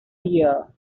year